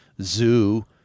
zoo